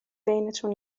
بینتون